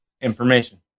Information